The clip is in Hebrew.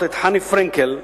חני פרנקל,